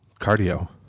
cardio